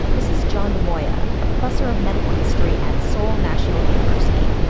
this is john dimoia, a professor of medical history at seoul national university.